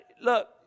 look